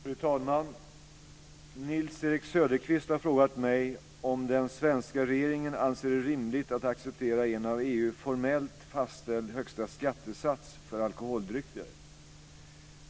Fru talman! Nils-Erik Söderqvist har frågat mig om den svenska regeringen anser det rimligt att acceptera en av EU formellt fastställd högsta skattesats för alkoholdrycker.